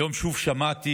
היום שוב שמעתי,